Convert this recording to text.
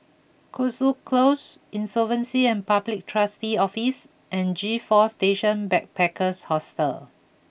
Cotswold Close Insolvency and Public Trustee's Office and G four Station Backpackers Hostel